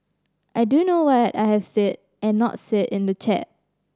I do know what I have said and not said in the chat